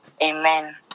Amen